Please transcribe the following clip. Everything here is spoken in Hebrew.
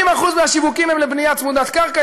80% מהשיווקים הם לבנייה צמודת קרקע,